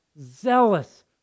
zealous